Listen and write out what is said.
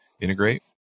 integrate